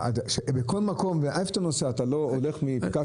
בכל מקום איפה שאתה נוסע אתה הולך מפקק לפקק.